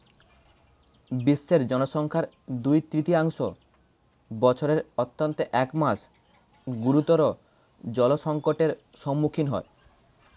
বিশ্বের জনসংখ্যার দুই তৃতীয়াংশ বছরের অন্তত এক মাস গুরুতর জলসংকটের সম্মুখীন হয়